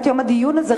יום הדיון הזה,